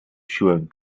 siłę